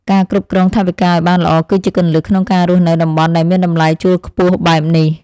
ការគ្រប់គ្រងថវិកាឱ្យបានល្អគឺជាគន្លឹះក្នុងការរស់នៅតំបន់ដែលមានតម្លៃជួលខ្ពស់បែបនេះ។